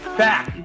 back